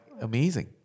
amazing